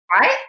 Right